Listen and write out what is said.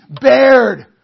bared